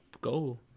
go